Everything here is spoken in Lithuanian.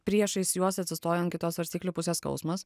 priešais juos atsistoja ant kitos svarstyklių pusės skausmas